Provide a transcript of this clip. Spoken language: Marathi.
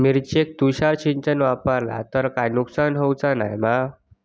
मिरचेक तुषार सिंचन वापरला तर काय नुकसान होऊचा नाय मा?